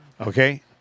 Okay